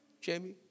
Jamie